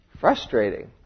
frustrating